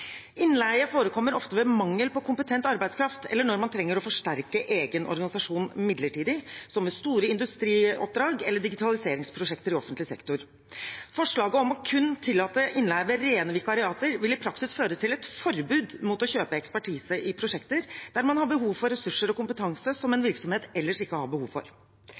Innleie forekommer ofte ved mangel på kompetent arbeidskraft eller når man trenger å forsterke egen organisasjon midlertidig, som ved store industrioppdrag eller digitaliseringsprosjekter i offentlig sektor. Forslaget om kun å tillate innleie ved rene vikariater vil i praksis føre til et forbud mot å kjøpe ekspertise i prosjekter der man har behov for ressurser og kompetanse som en virksomhet ellers ikke har behov for.